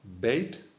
bait